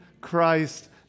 Christ